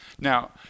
Now